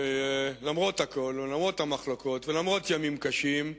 ולמרות הכול, למרות המחלוקות ולמרות ימים קשים,